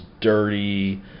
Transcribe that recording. dirty